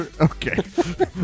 Okay